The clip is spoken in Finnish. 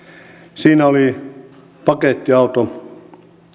siinä oli pakettiauto